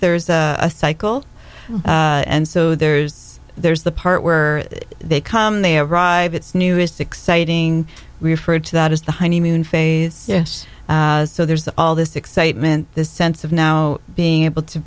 there's a cycle and so there's there's the part where they come they arrive it's new it's exciting referred to that as the honeymoon phase so there's all this excitement this sense of now being able to